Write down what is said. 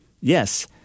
yes